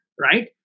right